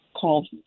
called